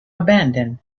abandoned